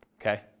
Okay